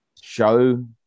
show